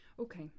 Okay